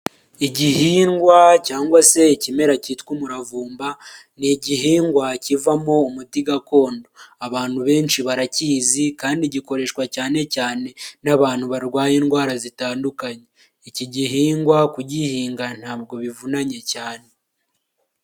Igihingwa cyangwa se ikimera cyitwa umuravumba ni igihingwa kivamo umuti gakondo, abantu benshi barakizi kandi gikoreshwa cyane cyane n'abantu barwaye indwara zitandukanye, iki gihingwa kugihinga ntabwo bivunanye cyane.